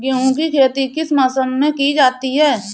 गेहूँ की खेती किस मौसम में की जाती है?